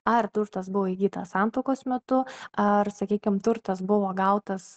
ar turtas buvo įgytas santuokos metu ar sakykim turtas buvo gautas